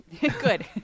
Good